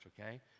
okay